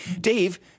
Dave